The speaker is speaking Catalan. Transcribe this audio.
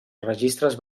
registres